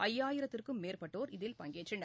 ஐயாயிரத்துக்கும் மேற்பட்டோர் இதில் பங்கேற்றனர்